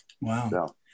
Wow